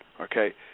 okay